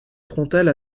frontale